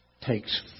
takes